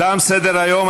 תם סדר-היום.